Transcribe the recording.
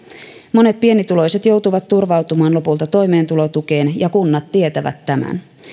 monet pienituloiset joutuvat turvautumaan lopulta toimeentulotukeen ja kunnat tietävät tämän